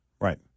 right